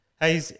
hey